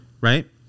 Right